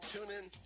TuneIn